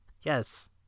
Yes